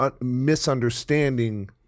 misunderstanding